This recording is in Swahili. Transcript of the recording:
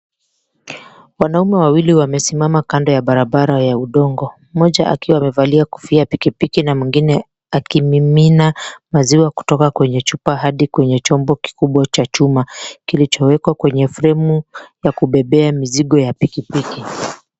Wanaume wawili wamesimama kando ya barabara ya udongo. Mmoja akiwa amevalia kofia ya pikipiki na mwingine akimimina maziwa kutoka kwenye chupa hadi kwenye chombo kikubwa cha chuma kilichowekwa kwenye fremu ya kubebea mizigo ya pikipiki.